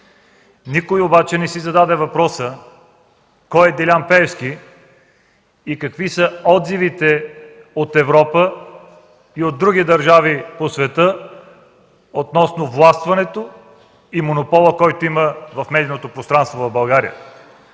Никой обаче не си зададе въпроса кой е Делян Пеевски и какви са отзивите от Европа и други държави по света относно властването и монопола, който има в медийното пространство в България.